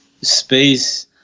space